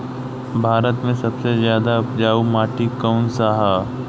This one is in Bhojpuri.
भारत मे सबसे ज्यादा उपजाऊ माटी कउन सा ह?